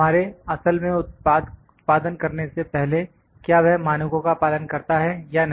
हमारे असल में उत्पादन करने से पहले क्या वह मानकों का पालन करता है या नहीं